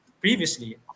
previously